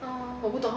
orh